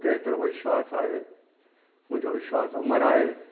मूंखे हेतिरो विश्वास आहे मुंहिंजो विश्वास अमरु आहे